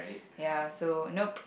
ya so nope